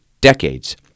decades